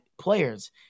players